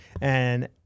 and-